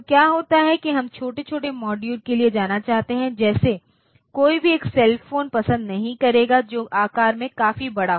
तो क्या होता है कि हम छोटे छोटे मॉड्यूल के लिए जाना चाहते हैं जैसे कोई भी एक सेल फोन पसंद नहीं करेगा जो आकार में काफी बड़ा हो